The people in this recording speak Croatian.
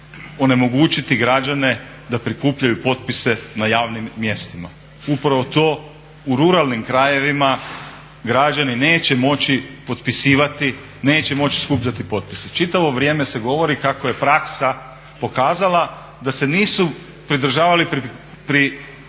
onemogućiti građane da prikupljaju potpise na javnim mjestima. Upravo to u ruralnim krajevima građani neće moći potpisivati, neće moći skupljati potpise. Čitavo vrijeme se govori kako je praksa pokazala da se nisu pridržavali prikupljanju